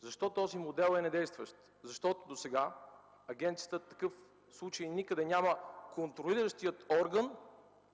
Защо този модел е недействащ? Досега такъв случай никъде няма – контролиращият орган